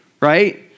Right